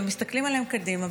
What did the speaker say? ומסתכלים עליהן קדימה,